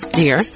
dear